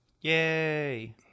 Yay